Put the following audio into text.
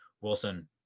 Wilson